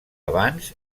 abans